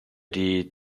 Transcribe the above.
die